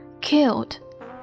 killed